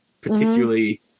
particularly